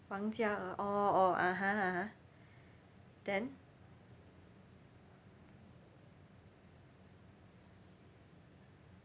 wang jia orh oh oh (uh huh) (uh huh) then